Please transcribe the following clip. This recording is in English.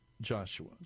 Joshua